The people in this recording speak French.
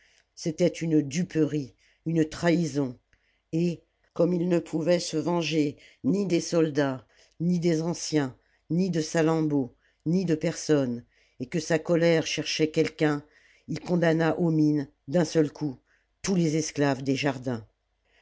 c'était une duperie une trahison et comme il ne pouvait se venger ni des soldats ni des anciens ni de salammbô ni de personne et que sa colère cherchait quelqu'un il condamna aux mines d'un seul coup tous les esclaves des jardins